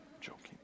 joking